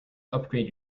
upgrade